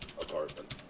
apartment